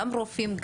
גם רופאים,